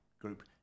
group